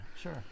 sure